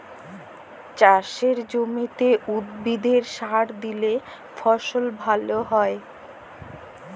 চাসের জমিতে উদ্ভিদে সার দিলে ফসল ভাল হ্য়য়ক